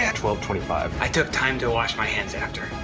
yeah twelve twenty five. i took time to wash my hands after.